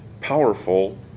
Powerful